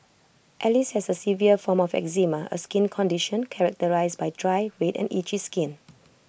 alice has the severe form of eczema A skin condition characterised by dry red and itchy skin